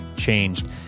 changed